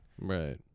Right